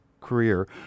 career